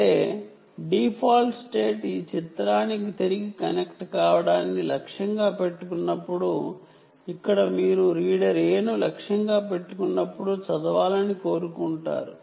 అంటే default state ఈ చిత్రానికి తిరిగి కనెక్ట్ కావడాన్ని లక్ష్యంగా పెట్టుకున్నప్పుడు ఇక్కడ మీరు రీడర్ A ను లక్ష్యంగా పెట్టుకున్నప్పుడు చదవాలని కోరుకుంటారు